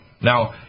Now